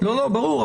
ברור.